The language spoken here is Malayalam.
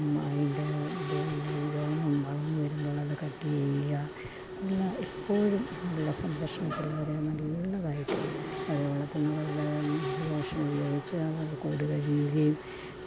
അതിൻ്റെ പിന്നെ രോമം വളർന്നു വരുമ്പോഴത് കട്ട് ചെയ്യുക എല്ലാം എപ്പോഴും നല്ല സംരക്ഷണത്തിലവരെ നല്ലതായിട്ട് അവരെ വളർത്തുന്നവരുടെ ലോഷനുപയോഗിച്ച് കൂട് കഴുകുകയും